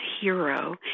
Hero